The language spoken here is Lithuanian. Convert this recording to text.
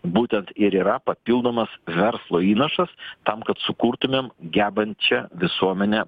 būtent ir yra papildomas verslo įnašas tam kad sukurtumėm gebančią visuomenę